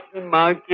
in my